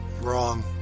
Wrong